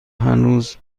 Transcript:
هنوز